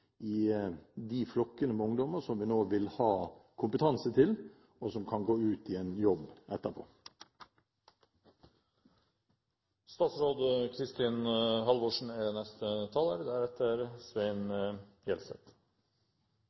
for de flokkene med ungdom som vi nå vil gi kompetanse til, og som kan gå ut i en jobb etterpå. Jeg er